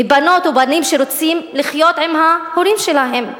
מבנות ובנים שרוצים לחיות עם ההורים שלהם?